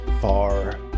far